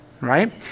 right